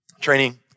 Training